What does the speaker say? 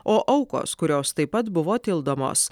o aukos kurios taip pat buvo tildomos